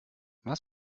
was